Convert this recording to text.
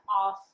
off